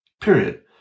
period